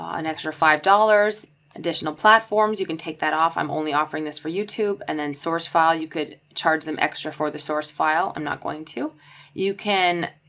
um an extra five dollars additional platforms you can take that off. i'm only offering this for youtube and then source file you could charge them extra for the source file. i'm not going to you can.